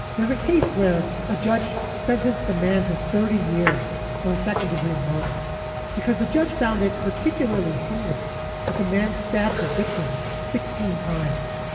there's a case where a judge sentenced the man to thirty years for a second degree murder because the judge found it particularly heinous that the man stabbed the victim sixteen times.